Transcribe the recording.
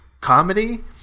comedy